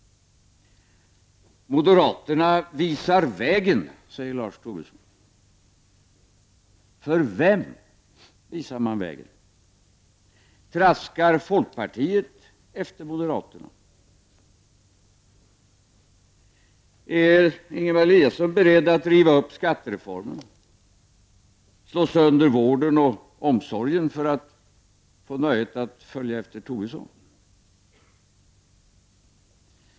Moderaterna visar vägen, säger Lars Tobisson. För vem visar man vägen? Traskar folkpartiet efter moderaterna? Är Ingemar Eliasson beredd att riva upp skattereformen, slå sönder vården och omsorgen för att få nöjet att följa efter Tobisson?